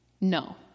No